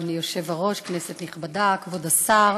אדוני היושב-ראש, כנסת נכבדה, כבוד השר,